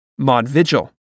Modvigil